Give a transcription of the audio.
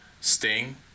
Sting